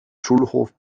schulhof